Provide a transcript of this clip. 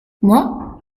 moi